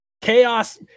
chaos